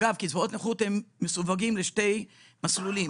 אגב, קצבאות נכות מסווגות לשני מסלולים.